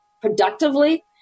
productively